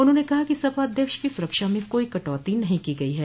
उन्होंने कहा कि सपा अध्यक्ष की सुरक्षा में कोई कटौती नहीं की गई है